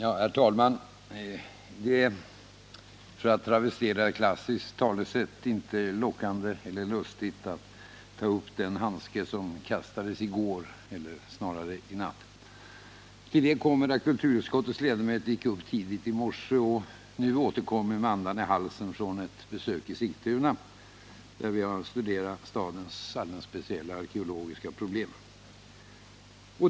Herr talman! Det är, för att travestera ett klassiskt talesätt, inte lockande eller lustigt att ta upp den handske som kastades i går eller snarare i natt. Till det kommer att kulturutskottets ledamöter gick upp tidigt i morse och nu med andan i halsen återkommer från ett besök i Sigtuna, där vi har studerat stadens speciella arkeologiska problem.